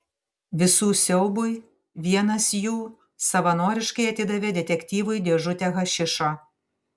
visų siaubui vienas jų savanoriškai atidavė detektyvui dėžutę hašišo